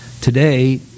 today